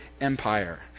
empire